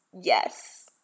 yes